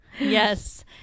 Yes